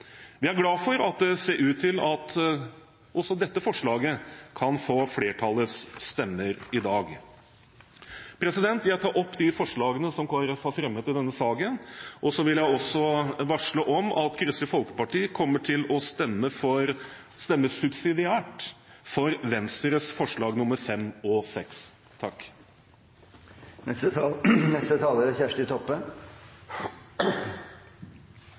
Vi er glad for at det ser ut til at også dette forslaget kan få flertallets stemmer i dag. Jeg tar opp de forslagene Kristelig Folkeparti har fremmet i denne saken. Og så vil jeg også varsle at Kristelig Folkeparti kommer til å stemme subsidiært for Venstres forslag nr. 5 og